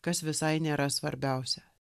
kas visai nėra svarbiausia